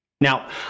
Now